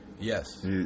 Yes